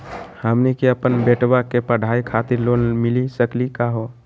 हमनी के अपन बेटवा के पढाई खातीर लोन मिली सकली का हो?